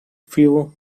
view